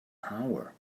hour